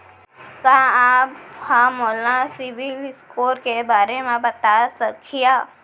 का आप हा मोला सिविल स्कोर के बारे मा बता सकिहा?